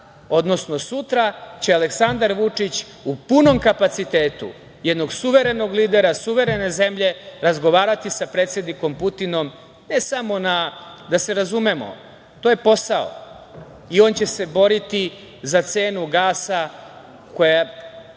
odnosno sutra će Aleksandar Vučić u punom kapacitetu, jednog suverenog lidera, jedne suverene zemlje razgovarati sa predsednikom Putinom. Da se razumemo, to je posao i on će se boriti za cenu gasa koja je